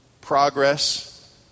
progress